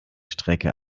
strecke